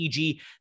EG